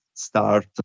start